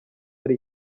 hari